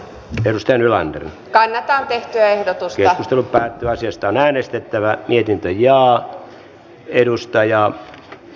virusten eläin kannattaa tehty ehdotus ja ottelu päätti asiasta on äänestettävä irti ja edustaja